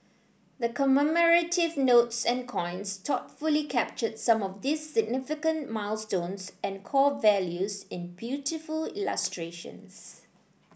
the commemorative notes and coins thoughtfully capture some of these significant milestones and core values in beautiful illustrations